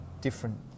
different